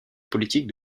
politique